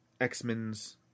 X-Men's